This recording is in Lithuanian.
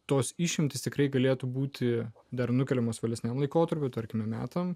tos išimtys tikrai galėtų būti dar nukeliamos vėlesniam laikotarpiui tarkime metams